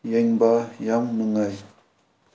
ꯌꯦꯡꯕ ꯌꯥꯝ ꯅꯨꯡꯉꯥꯏ